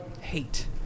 hate